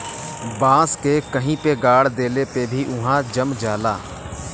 बांस के कहीं पे गाड़ देले पे भी उहाँ जम जाला